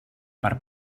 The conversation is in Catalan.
per